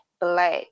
black